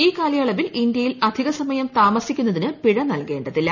ഈ കാലയളവിൽ ഇന്ത്യയിൽ അധികസമയം താമസിക്കുന്നതിന് പിഴ നൽകേണ്ടതില്ല